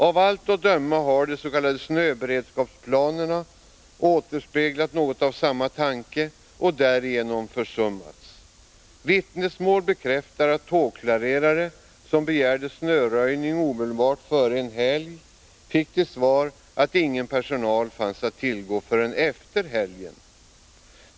Av allt att döma har de s.k. snöberedskapsplanerna återspeglat något av samma tanke och därigenom försummats. Vittnesmål bekräftar att tågklarerare som begärde snöröjning omedelbart före en helg fick till svar att ingen personal fanns att tillgå förrän efter helgen.